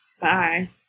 Bye